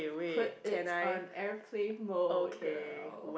put it on airplane mode girl